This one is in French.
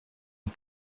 une